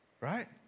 Right